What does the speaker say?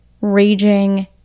raging